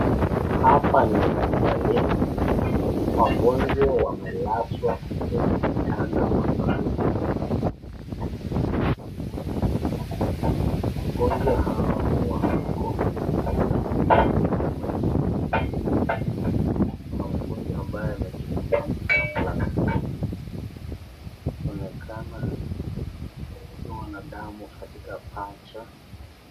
Hapa ni hospitalini wagonjwa wamelazwa kwenye kitanda maalum, wagonjwa hawa wako katika sehemu ya majengoni kuna mgonjwa ambaye amejifunika blanketi anaonekana akiwa na damu katika paja.